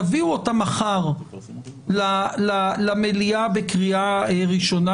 תביאו אותה מחר למליאה בקריאה ראשונה,